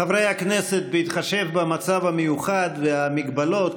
חברי הכנסת, בהתחשב במצב המיוחד ובמגבלות,